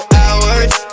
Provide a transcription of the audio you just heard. hours